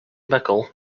mickle